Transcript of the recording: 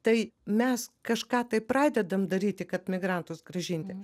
tai mes kažką tai pradedam daryti kad migrantus grąžinti